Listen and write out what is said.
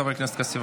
חבר הכנסת כסיף,